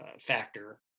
factor